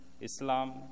Islam